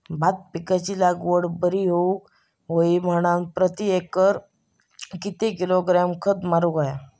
भात पिकाची लागवड बरी होऊक होई म्हणान प्रति एकर किती किलोग्रॅम खत मारुक होया?